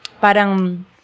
parang